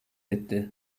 etti